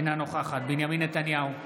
אינה נוכחת בנימין נתניהו,